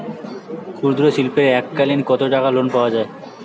ক্ষুদ্রশিল্পের এককালিন কতটাকা লোন পাওয়া য়ায়?